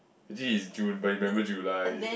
actually it's June but he remember July